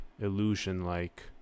illusion-like